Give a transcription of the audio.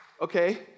Okay